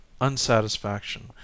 unsatisfaction